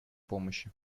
помощи